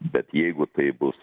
bet jeigu tai bus